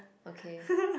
okay